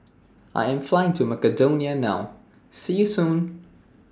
I Am Flying to Macedonia now See YOU Soon